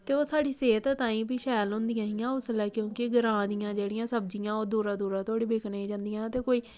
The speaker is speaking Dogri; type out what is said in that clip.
ते ओह् साढ़ी सेह्त ताईं बी शैल होंदेियां हियां उस बेल्लै क्योंकि रानियां साढ़ियां जियां दूरा दूरा धोड़ी बिकने गी जंदियां ते कोई